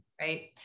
right